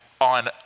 on